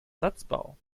satzbau